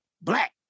black